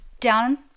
down